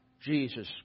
Jesus